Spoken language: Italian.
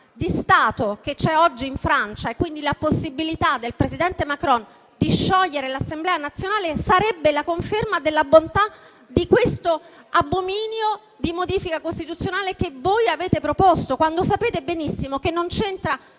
di Stato che c'è oggi in Francia - con la possibilità per il presidente Macron di sciogliere l'Assemblea nazionale - sarebbe la conferma della bontà di questo abominio di modifica costituzionale che voi avete proposto, mentre sapete benissimo che non c'entra